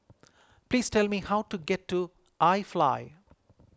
please tell me how to get to iFly